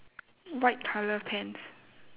white colour pants